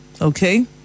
okay